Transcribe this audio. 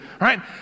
right